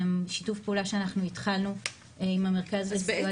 שיתוף פעולה שאנחנו התחלנו עם המרכז לסיוע.